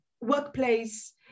workplace